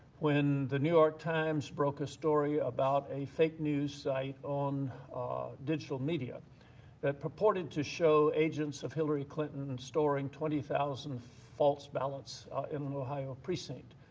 when the new york times broke a story about a fake news site on digital media that purported to show agents of hillary clinton and storing twenty thousand false ballots in an ohio precinct.